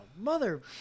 mother